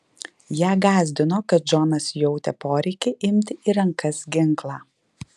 ją gąsdino kad džonas jautė poreikį imti į rankas ginklą